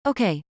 Okay